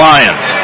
Lions